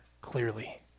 clearly